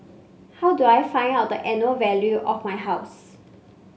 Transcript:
how do I find out the annual value of my house